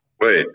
Wait